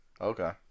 okay